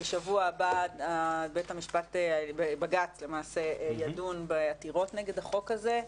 בשבוע הבא בג"ץ ידון בעתירות נגד החוק הזה.